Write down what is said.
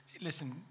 listen